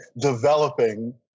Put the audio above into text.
developing